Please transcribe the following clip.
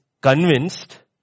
convinced